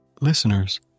Listeners